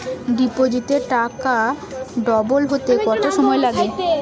ডিপোজিটে টাকা ডবল হতে কত সময় লাগে?